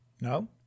No